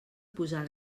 posar